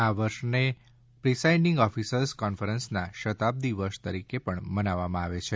આ વર્ષને presiding officers કોન્ફરન્સના શતાબ્દી વર્ષ તરીકે પણ મનાવાવમાં આવે છે